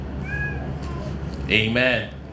Amen